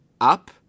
up